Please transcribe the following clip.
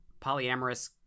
polyamorous